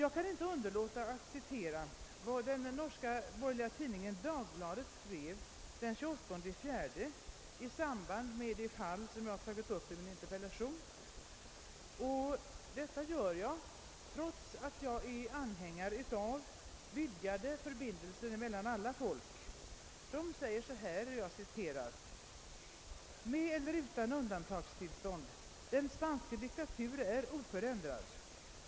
Jag kan inte underlåta att citera vad den norska borgerliga tidningen Dagbladet skrev i samband med det fall jag tagit upp i min interpellation. Det gör jag trots att jag är anhängare av utvidgade förbindelser mellan alla folk. Det hette där: »Med eller uten unntakstilstand — det spanske diktatur er uforandet.